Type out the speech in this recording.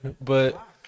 but-